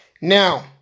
Now